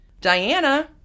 Diana